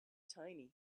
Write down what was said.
tiny